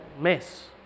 mess